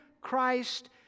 Christ